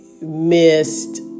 missed